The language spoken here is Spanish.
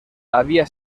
había